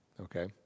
okay